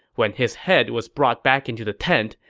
when his head was brought back into the tent,